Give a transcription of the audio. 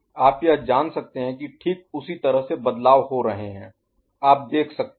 आप यह जान सकते हैं कि ठीक उसी तरह से बदलाव हो रहे हैं आप देख सकते हैं